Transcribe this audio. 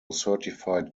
certified